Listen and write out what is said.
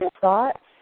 thoughts